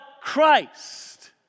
Christ